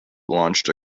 launched